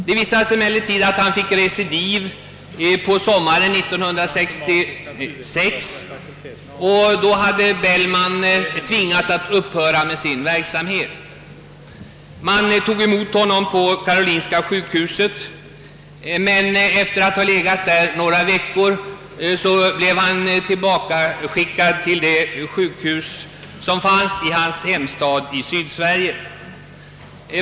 Det visade sig emellertid att han fick recidiv på sommaren 1966, och då hade Bellman tvingats upphöra med sin verksamhet. Man tog emot patienten på karolinska sjukhuset, men efter att ha legat där några veckor blev han återsänd till sjukhuset i hans hemstad i Sydsverige.